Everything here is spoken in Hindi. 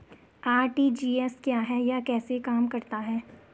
आर.टी.जी.एस क्या है यह कैसे काम करता है?